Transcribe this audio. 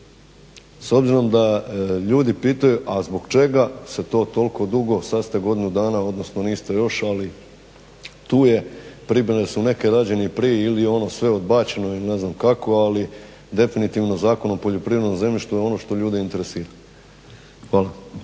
S obzirom da ljudi pitaju, a zbog čega se to tolko dugo, sad ste godinu dana, odnosno niste još, ali tu je …/Govornik se ne razumije/… da su neke rađene prije ili da je sve odbačeno, ili ne znam kako ali definitivno Zakon o poljoprivrednom zemljištu je ono što ljude interesira. Hvala.